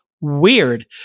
weird